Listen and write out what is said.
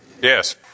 Yes